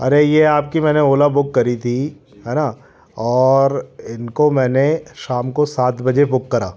अरे ये आपकी मैंने ओला बूक करी थी हैना और इनको मैंने शाम को सात बजे बूक करा